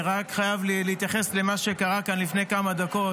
אני רק חייב להתייחס למה שקרה כאן לפני כמה דקות.